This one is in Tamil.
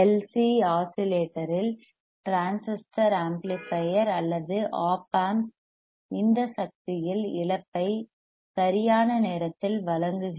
சி ஆஸிலேட்டரில் டிரான்சிஸ்டர் ஆம்ப்ளிபையர் அல்லது ஒப் ஆம்ப் இந்த சக்தி இல் இழப்பை சரியான நேரத்தில் வழங்குகிறது